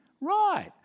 right